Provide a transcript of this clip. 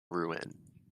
rouen